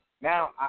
now